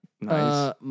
Nice